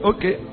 Okay